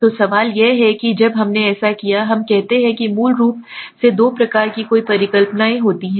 तो सवाल यह है कि जब हमने ऐसा किया हम कहते हैं कि मूल रूप से दो प्रकार की कोई परिकल्पना होती है